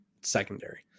secondary